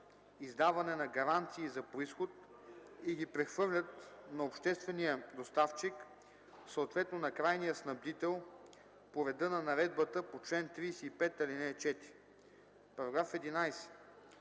издаване на гаранции за произход и ги прехвърлят на обществения доставчик, съответно на крайния снабдител по реда на наредбата по чл. 35, ал. 4.” § 11.